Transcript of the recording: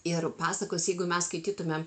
ir pasakos jeigu mes skaitytumėm